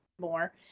more